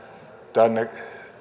tänne